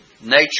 nature